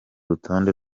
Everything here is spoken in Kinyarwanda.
rutonde